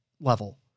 level